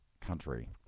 country